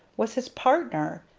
was his partner!